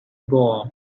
ball